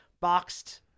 boxed